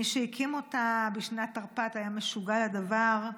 מי שהקים אותה בשנת תרפ"ט היה משוגע לדבר,